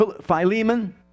Philemon